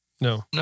No